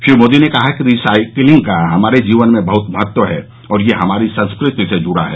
श्री मोदी ने कहा कि रिसाइकिलिंग का हमारे जीवन में बहुत महत्व है और यह हमारी संस्कृति से जुड़ा है